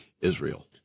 Israel